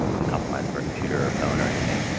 the compromise of her computer or phone or anything,